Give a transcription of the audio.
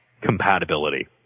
compatibility